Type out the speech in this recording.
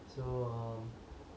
so err